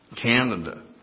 Canada